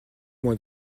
mois